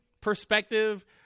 perspective